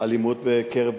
אלימות בקרב בני-הנוער.